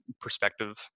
perspective